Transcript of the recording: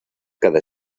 cada